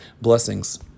Blessings